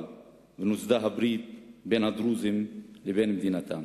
ונוסדה הברית בין הדרוזים לבין מדינתם,